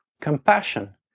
Compassion